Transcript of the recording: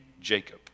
Jacob